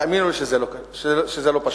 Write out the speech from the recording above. תאמינו לי שזה לא קל, שזה לא פשוט.